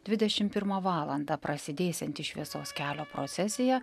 dvidešimt pirmą valandą prasidėsianti šviesos kelio procesija